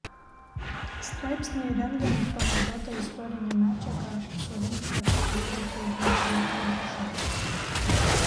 straipsnį rengiant panaudota istorinė medžiaga surinkta klieriko gintaro urbšo